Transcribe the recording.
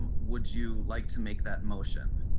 um would you like to make that motion.